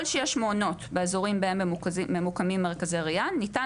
שיהיו מעונות באזורים בהם הם ממוקמים מרכזי ריאן ניתן